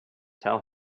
tell